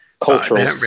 cultural